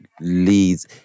leads